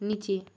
নীচে